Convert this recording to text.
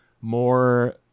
more